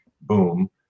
boom